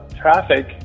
traffic